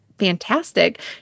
fantastic